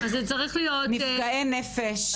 נפגעי נפש,